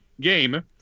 game